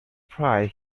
pride